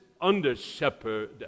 under-shepherd